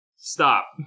Stop